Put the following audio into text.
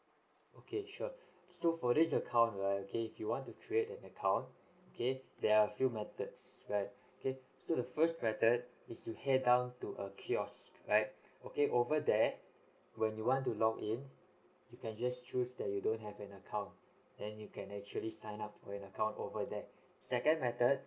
okay sure so for this account right okay if you want to create an account okay there are few methods right okay so the first method is you head down to a kiosk right okay over there when you want to login you can just choose that you don't have an account then you can actually sign up for an account over there second method